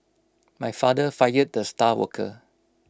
my father fired the star worker